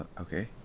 okay